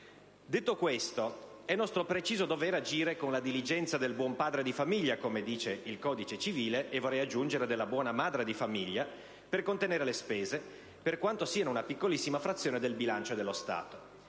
Detto questo, è nostro preciso dovere agire con la diligenza del buon padre di famiglia, come dice il codice civile, e, vorrei aggiungere, della buona madre di famiglia, per contenere le spese, per quanto siano una piccolissima frazione del bilancio dello Stato.